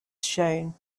show